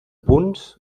punts